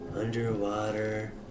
underwater